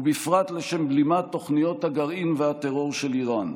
ובפרט לשם בלימת תוכניות הגרעין והטרור של איראן.